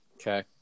Okay